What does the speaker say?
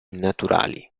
naturali